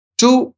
two